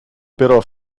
però